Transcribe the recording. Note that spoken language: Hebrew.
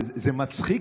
זה מצחיק,